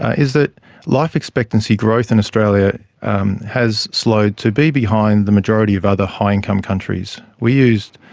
is that life expectancy growth in australia has slowed to be behind the majority of other high income countries. we used